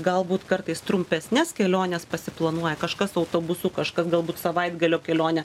galbūt kartais trumpesnes keliones pasiplanuoja kažkas autobusu kažkas galbūt savaitgalio kelionę